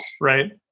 Right